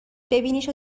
ببینیش